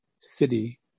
city